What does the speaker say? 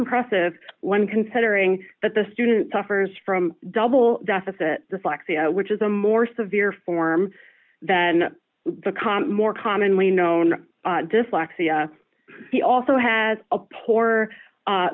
impressive when considering that the student suffers from double deficit dyslexia which is a more severe form that the com more commonly known dyslexia he also has a poor